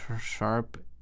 sharp